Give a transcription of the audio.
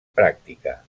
pràctica